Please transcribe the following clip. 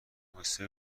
واستا